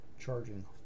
charging